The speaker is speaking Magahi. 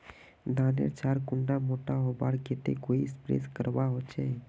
धानेर झार कुंडा मोटा होबार केते कोई स्प्रे करवा होचए?